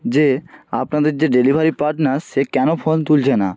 যে আপনাদের যে ডেলিভারি পার্টনার সে কেন ফোন তুলছে না